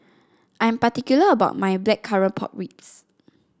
I am particular about my Blackcurrant Pork Ribs